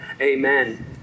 amen